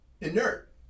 inert